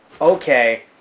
Okay